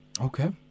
Okay